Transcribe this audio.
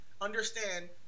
understand